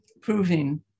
proving